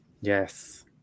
Yes